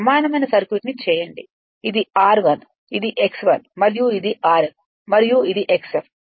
సమానమైన సర్క్యూట్ చేయండి ఇది r1 ఇది x1 మరియు ఇది Rf మరియు ఇది xf